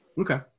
Okay